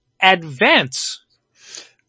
Advance